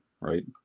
right